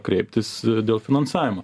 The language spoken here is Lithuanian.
kreiptis dėl finansavimo